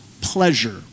pleasure